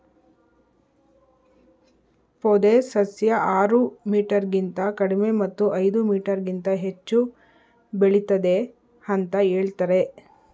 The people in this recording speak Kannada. ಪೊದೆ ಸಸ್ಯ ಆರು ಮೀಟರ್ಗಿಂತ ಕಡಿಮೆ ಮತ್ತು ಐದು ಮೀಟರ್ಗಿಂತ ಹೆಚ್ಚು ಬೆಳಿತದೆ ಅಂತ ಹೇಳ್ತರೆ